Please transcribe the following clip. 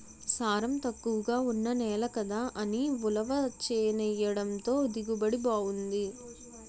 సారం తక్కువగా ఉన్న నేల కదా అని ఉలవ చేనెయ్యడంతో దిగుబడి బావుంది